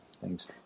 Thanks